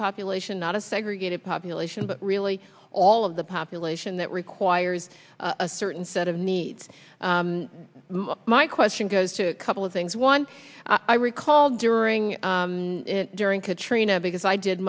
population not a segregated population but really all of the population that requires a certain set of needs my question goes to a couple of things one i recall during during katrina because i did